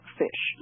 fish